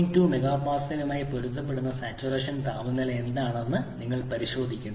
2 എംപിഎയുമായി പൊരുത്തപ്പെടുന്ന സാച്ചുറേഷൻ താപനില എന്താണെന്ന് നിങ്ങൾ പരിശോധിക്കുന്നു